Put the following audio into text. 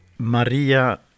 Maria